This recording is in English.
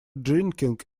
drinking